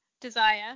desire